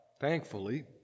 thankfully